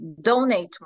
donate